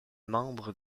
membre